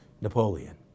Napoleon